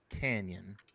Canyon